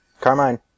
Carmine